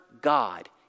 God